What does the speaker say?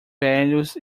velhos